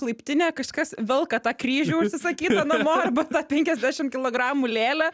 laiptinę kažkas velka tą kryžių užsisakytą namo arba tą penkiasdešim kilogramų lėlę